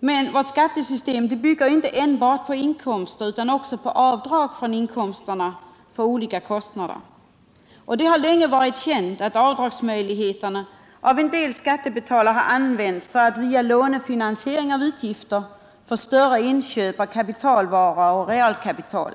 Men vårt skattesystem bygger inte enbart på inkomster utan också på avdrag från inkomsterna för olika kostnader. Det har länge varit känt att avdragsmöjligheterna av en del skattebetalare har använts för att via lånefinansiering av utgifter för större inköp av kapitalvaror och realkapital